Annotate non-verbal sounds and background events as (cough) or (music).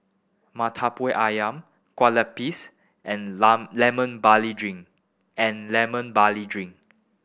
Murtabak Ayam kue lupis and (unintelligible) Lemon Barley Drink and Lemon Barley Drink